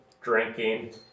drinking